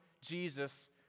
Jesus